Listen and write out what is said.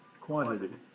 quantity